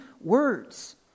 words